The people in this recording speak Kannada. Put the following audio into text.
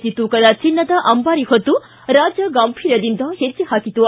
ಜಿ ತೂಕದ ಚಿನ್ನದ ಅಂಬಾರಿ ಹೊತ್ತು ರಾಜ ಗಾಂಭೀರ್ಯದಿಂದ ಹೆಜ್ಜೆ ಹಾಕಿತು